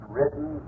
Written